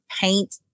paint